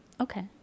Okay